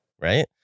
right